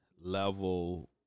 Level